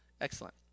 Excellent